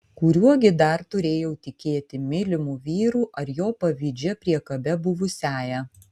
kuriuo gi dar turėjau tikėti mylimu vyru ar jo pavydžia priekabia buvusiąja